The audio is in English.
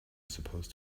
supposed